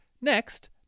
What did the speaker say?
Next